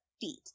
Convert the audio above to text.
feet